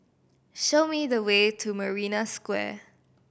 show me the way to Marina Square